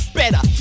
better